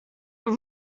are